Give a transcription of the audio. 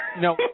No